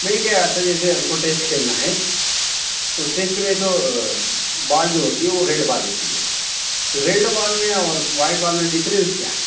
میں کہہ رہا تھا جیسے ہم کو ٹیسٹ کھیلنا ہے تو ٹیسٹ میں تو بال جو ہوتی ہے وہ ریڈ بال ہوتی ہے تو ریڈ بال بال میں اور وائڈ بال میں ڈفرینس کیا ہے